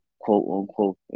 quote-unquote